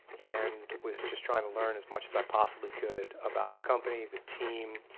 and was just trying to learn as much as i possibly could about the company, the team,